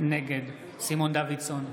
נגד סימון דוידסון,